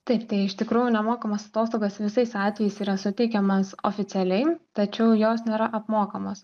taip tai iš tikrųjų nemokamos atostogos visais atvejais yra suteikiamos oficialiai tačiau jos nėra apmokamos